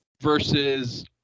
Versus